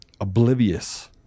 oblivious